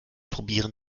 probieren